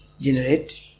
generate